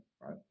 right